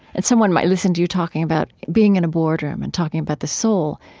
and someone might listen to you talking about being in a board room and talking about the soul